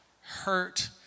hurt